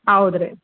ಹೌದ್ರಿ